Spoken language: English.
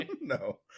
No